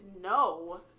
no